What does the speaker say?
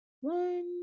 one